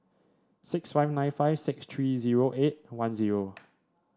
six five nine five six three zero eight one zero